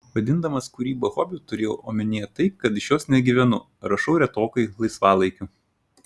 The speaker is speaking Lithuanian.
vadindamas kūrybą hobiu turėjau omenyje tai kad iš jos negyvenu rašau retokai laisvalaikiu